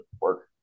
work